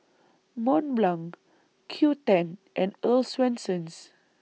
Mont Blanc Qoo ten and Earl's Swensens